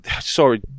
sorry